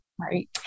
right